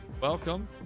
Welcome